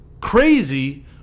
crazy